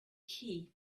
key